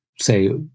say